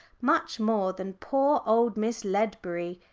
much more than poor old miss ledbury,